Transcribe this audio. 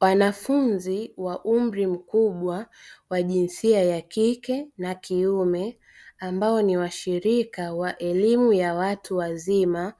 Wanafunzi wa umri mkubwa wa jinsia ya kike na ya kiume, ambao ni washirika wa elimu ya watu wazima,